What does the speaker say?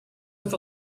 with